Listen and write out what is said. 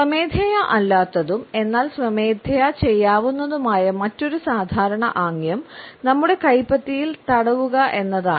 സ്വമേധയാ അല്ലാത്തതും എന്നാൽ സ്വമേധയാ ചെയ്യാവുന്നതുമായ മറ്റൊരു സാധാരണ ആംഗ്യം നമ്മുടെ കൈപ്പത്തിയിൽ തടവുക എന്നതാണ്